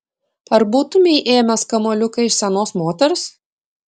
ar būtumei ėmęs kamuoliuką iš senos moters